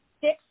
six